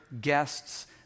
guests